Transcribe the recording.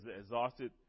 exhausted